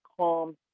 calm